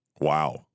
Wow